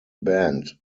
band